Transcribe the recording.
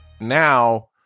Now